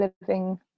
living